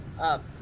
up